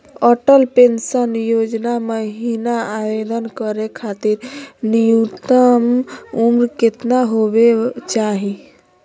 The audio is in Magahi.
अटल पेंसन योजना महिना आवेदन करै खातिर न्युनतम उम्र केतना होवे चाही?